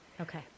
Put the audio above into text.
Okay